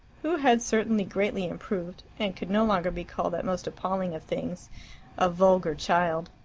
who had certainly greatly improved, and could no longer be called that most appalling of things a vulgar child.